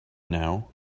now